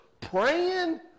praying